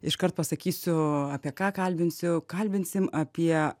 iškart pasakysiu apie ką kalbinsiu kalbinsim apie